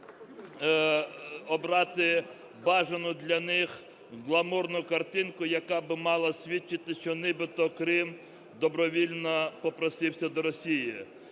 обрати бажану для них гламурну картинку, яка би мала свідчити, що нібито Крим добровільно попросився до Росії.